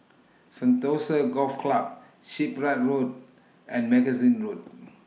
Sentosa Golf Club Shipyard Road and Magazine Road